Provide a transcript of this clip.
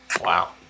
Wow